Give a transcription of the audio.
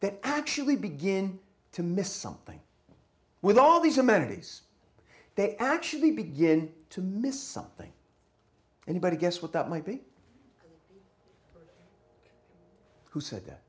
that actually begin to miss something with all these amenities they actually begin to miss something anybody guess what that might be who said that